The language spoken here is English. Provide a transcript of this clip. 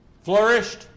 flourished